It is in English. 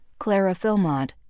Clarafilmont